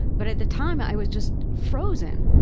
but at the time, i was just frozen.